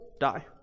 die